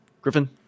Griffin